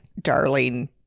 darling